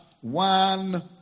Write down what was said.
one